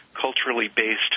culturally-based